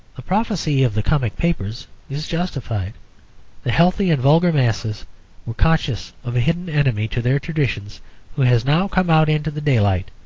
the prophecy of the comic papers is justified the healthy and vulgar masses were conscious of a hidden enemy to their traditions who has now come out into the daylight,